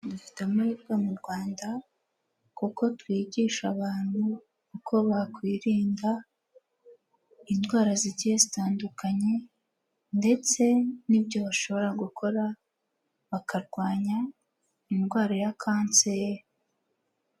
Dufite amahirwe mu Rwanda kuko twigisha abantu uko bakwirinda indwara zigiye zitandukanye ndetse n'ibyo bashobora gukora bakarwanya indwara ya kanseri.